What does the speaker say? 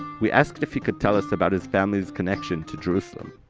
we asked if he could tell us about his family's connection to jerusalem.